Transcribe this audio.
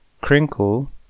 Crinkle